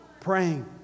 praying